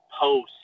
post